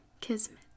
Kismet